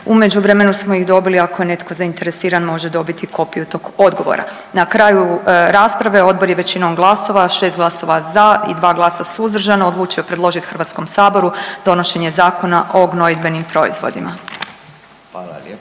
međuvremenu smo ih dobili i ako je netko zainteresiran može dobiti kopiju tog odgovora. Na kraju rasprave odbor je većinom glasova šest glasova za i dva glasa suzdržana odlučio predložiti HS-u donošenje Zakona o gnojidbenim proizvodima.